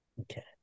Okay